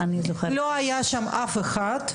לא היה שם אף אחד.